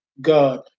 God